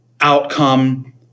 outcome